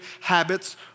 habits